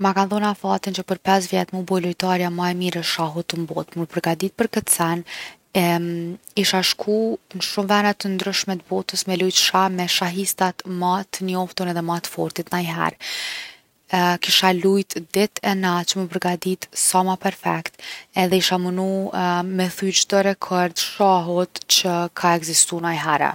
Ma ka dhon afatin që për 5 vjet m’u bo lojtarja ma e mirë e shahut n’botë. Mu përgadit për kët sen isha shku n’shumë vene t’ndryshme t’botës me lujt shah me shahistat ma t’njoftun edhe ma t’fortit najher. kisha lujt ditë e natë që mu përgadit sa ma perfekt edhe isha munu me thy çdo rekord t’shahut që ka ekzistu najhere.